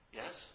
yes